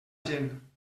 gent